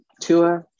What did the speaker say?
Tua